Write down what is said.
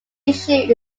issue